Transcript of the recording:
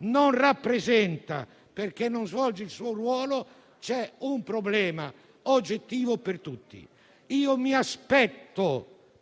non rappresenta perché non svolge il suo ruolo, c'è un problema oggettivo per tutti, sia